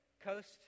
coast